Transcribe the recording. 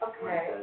Okay